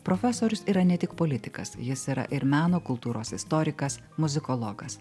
profesorius yra ne tik politikas jis yra ir meno kultūros istorikas muzikologas